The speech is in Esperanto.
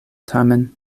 tamen